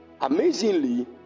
amazingly